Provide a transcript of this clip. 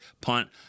punt